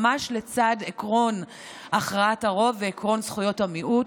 ממש לצד עקרון הכרעת הרוב ועקרון זכויות המיעוט.